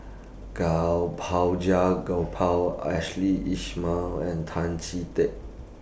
Gopal Ashley Isham and Tan Chee Teck